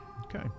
Okay